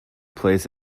plays